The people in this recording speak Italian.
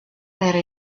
era